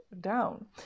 down